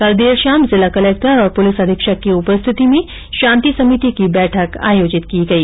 कल देर शाम जिला कलेक्टर और पुलिस अधीक्षक की उपस्थिति में शांति समिति की बैठक आयोजित की गई